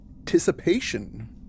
anticipation